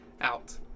out